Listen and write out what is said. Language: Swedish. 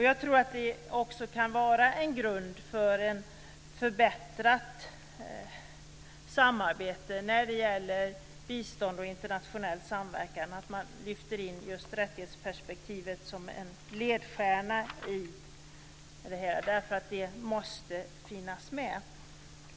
Jag tror att det också kan vara en grund för ett förbättrat samarbete när det gäller bistånd och internationell samverkan att man lyfter in just rättighetsperspektivet som en ledstjärna. Det måste finnas med.